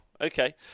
Okay